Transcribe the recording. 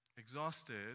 Exhausted